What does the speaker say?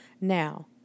Now